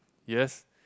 yes